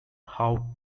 how